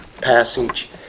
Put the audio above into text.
passage